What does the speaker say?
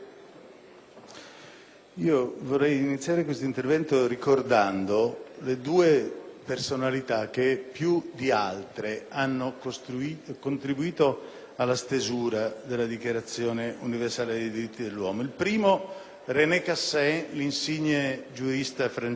Presidente, inizierò il mio intervento ricordando le due personalità che più di altre hanno contribuito alla stesura della Dichiarazione universale dei diritti dell'uomo. Il primo è René Cassin, insigne giurista francese.